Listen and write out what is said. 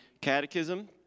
Catechism